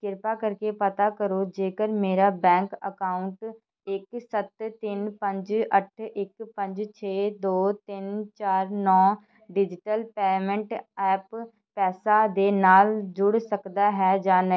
ਕ੍ਰਿਪਾ ਕਰਕੇ ਪਤਾ ਕਰੋ ਜੇਕਰ ਮੇਰਾ ਬੈਂਕ ਅਕਾਊਂਟ ਇੱਕ ਸੱਤ ਤਿੰਨ ਪੰਜ ਅੱਠ ਇੱਕ ਪੰਜ ਛੇ ਦੋ ਤਿੰਨ ਚਾਰ ਨੌ ਡਿਜਿਟਲ ਪੇਮੈਂਟ ਐਪ ਪੈਸਾ ਦੇ ਨਾਲ ਜੁੜ ਸਕਦਾ ਹੈ ਜਾਂ ਨ